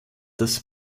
das